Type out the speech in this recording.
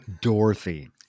Dorothy